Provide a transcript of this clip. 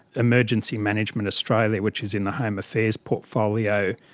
emergency management australia, which is in the home affairs portfolio